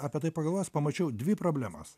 apie tai pagalvojęs pamačiau dvi problemas